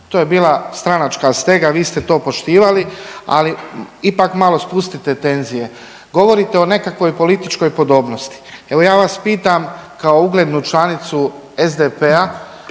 To je bila stranačka stega, vi ste to poštivali. Ali ipak malo spustite tenzije. Govorite o nekakvoj političkoj podobnosti. Evo ja vas pitam kao uglednu članicu SDP-a